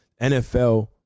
NFL